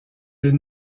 des